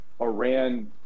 Iran